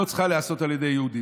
לא צריך להיעשות על ידי יהודים,